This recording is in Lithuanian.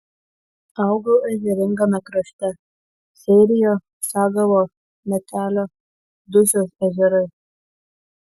augau ežeringame krašte seirijo sagavo metelio dusios ežerai